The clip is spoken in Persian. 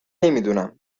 نمیدونم